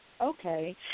okay